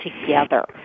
together